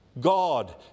God